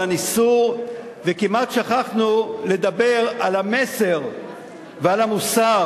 הניסור וכמעט שכחנו לדבר על המסר ועל המוסר.